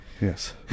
yes